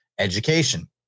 education